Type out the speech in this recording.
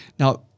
Now